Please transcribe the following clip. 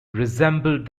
resembled